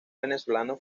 venezolano